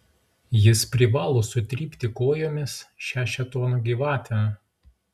jis privalo sutrypti kojomis šią šėtono gyvatę